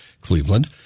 Cleveland